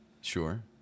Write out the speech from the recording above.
Sure